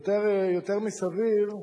יותר מסביר,